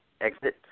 exit